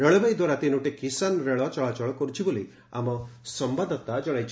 ରେଳବାଇ ଦ୍ୱାରା ତିନୋଟି କିଶାନ୍ ରେଳ ଚଳାଚଳ କରୁଛି ବୋଲି ଆମ ସମ୍ବାଦଦାତା ଜଣାଇଛନ୍ତି